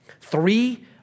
Three